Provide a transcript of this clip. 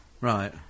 Right